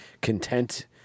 content